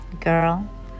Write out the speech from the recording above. Girl